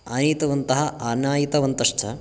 आनीतवन्तः आनायितवन्तश्च